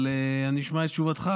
אבל נשמע את תשובתך.